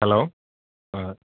hello ആ